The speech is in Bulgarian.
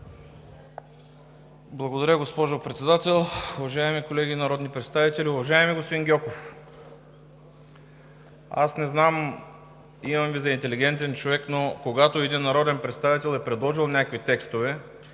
Благодаря, госпожо Председател. Уважаеми колеги народни представители! Уважаеми господин Гьоков, аз не знам. Имам Ви за интелигентен човек, но когато един народен представител е предложил някакви текстове